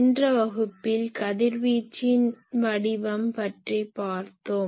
சென்ற வகுப்பில் கதிர்வீச்சின் வடிவம் பற்றி பார்தோம்